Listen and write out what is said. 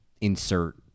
insert